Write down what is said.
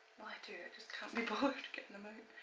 do, i just can't be bothered getting them out